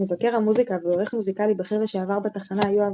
מבקר המוזיקה ועורך מוזיקלי בכיר לשעבר בתחנה יואב